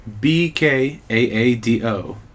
B-K-A-A-D-O